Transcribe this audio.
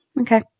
Okay